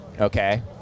Okay